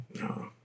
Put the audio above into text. No